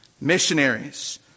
missionaries